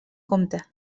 compte